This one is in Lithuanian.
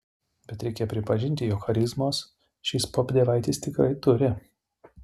bet reikia pripažinti jog charizmos šis popdievaitis tikrai turi